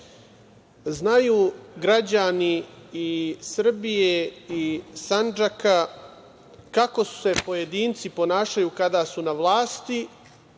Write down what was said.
znaju građani Srbije i Sandžaka kako se pojedinci ponašaju kada su na vlasi,